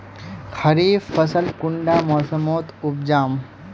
खरीफ फसल कुंडा मोसमोत उपजाम?